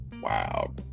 wow